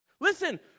listen